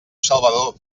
salvador